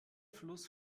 fluss